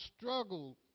struggled